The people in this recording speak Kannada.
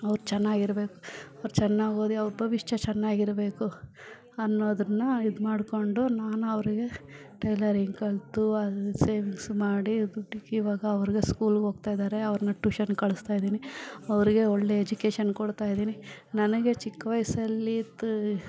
ಅವ್ರು ಚೆನ್ನಾಗಿರ್ಬೇಕು ಅವ್ರು ಚೆನ್ನಾಗಿ ಓದಿ ಅವ್ರ ಭವಿಷ್ಯ ಚೆನ್ನಾಗಿರಬೇಕು ಅನ್ನೋದನ್ನ ಇದು ಮಾಡಿಕೊಂಡು ನಾನು ಅವ್ರಿಗೆ ಟೈಲರಿಂಗ್ ಕಲಿತು ಅದ್ರಲ್ಲಿ ಸೇವಿಂಗ್ಸ್ ಮಾಡಿ ದುಡ್ಡಿಕ್ಕಿ ಇವಾಗ ಅವ್ರಿಗೆ ಸ್ಕೂಲ್ಗೆ ಹೋಗ್ತಾ ಇದ್ದಾರೆ ಅವ್ರನ್ನ ಟ್ಯೂಷನ್ ಕಳಿಸ್ತಾ ಇದೀನಿ ಅವರಿಗೆ ಒಳ್ಳೆ ಎಜುಕೇಶನ್ ಕೊಡ್ತಾ ಇದೀನಿ ನನಗೆ ಚಿಕ್ಕ ವಯಸ್ಸಲ್ಲಿ